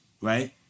right